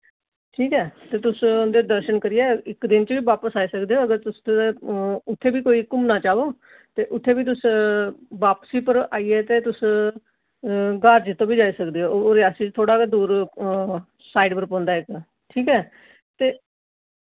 ठीक ऐ ते तुस उं'दे दर्शन करियै इक दिन च बापस आई सकदे ओ अगर तुस उत्थै बी कोई घुम्मना चाहो ते उत्थै बी तुस बापसी पर आइयै ते तुस अघार जित्तो बी जाई सकदे हो ओह् रियासी दे थोह्ड़ा गै दूर साइड पर पौंदा इक ठीक ऐ ते